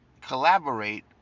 collaborate